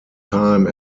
time